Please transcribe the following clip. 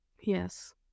Yes